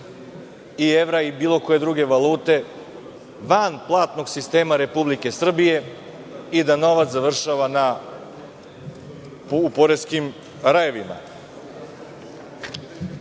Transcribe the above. evra i bilo koje druge valute van platnog sistema Republike Srbije i da novac završava u poreskim